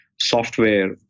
software